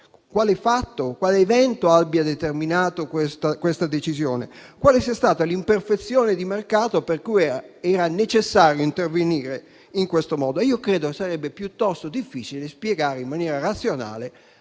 italiane, quale evento abbia determinato questa decisione e quale sia stata l'imperfezione del mercato per cui era necessario intervenire in questo modo, credo che sarebbe piuttosto difficile spiegare in maniera razionale